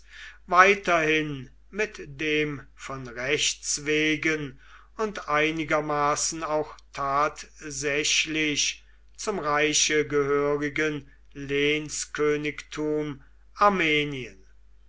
weiterhin mit dem von rechts wegen und einigermaßen auch tatsächlich zum reiche gehörigen lehnskönigtum armenien